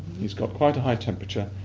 he's got quite a high temperature,